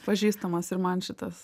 pažįstamas ir man šitas